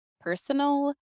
personal